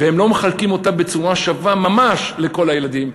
והם לא מחלקים אותה בצורה שווה ממש בין כל הילדים,